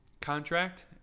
contract